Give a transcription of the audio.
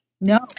No